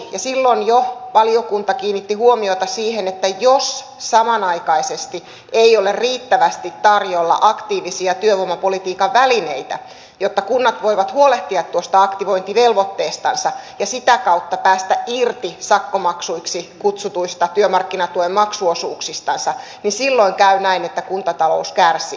silloin jo valiokunta kiinnitti huomiota siihen että jos samanaikaisesti ei ole riittävästi tarjolla aktiivisia työvoimapolitiikan välineitä jotta kunnat voivat huolehtia aktivointivelvoitteestansa ja sitä kautta päästä irti sakkomaksuiksi kutsutuista työmarkkinatuen maksuosuuksistansa niin silloin käy näin että kuntatalous kärsii